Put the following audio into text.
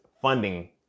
funding